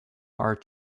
are